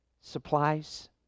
supplies